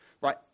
Right